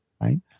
right